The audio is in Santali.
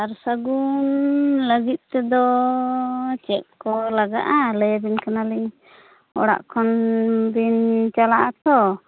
ᱥᱟᱨ ᱥᱟᱜᱩᱱ ᱞᱟᱹᱜᱤᱫ ᱛᱮᱫᱚ ᱪᱮᱫ ᱠᱚ ᱞᱟᱜᱟᱜᱼᱟ ᱞᱟᱹᱭ ᱟᱹᱵᱤᱱ ᱠᱟᱱᱟᱞᱤᱧ ᱚᱲᱟᱜ ᱠᱷᱚᱱ ᱵᱤᱱ ᱪᱟᱞᱟᱜ ᱟᱛᱳ